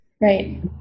right